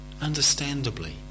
understandably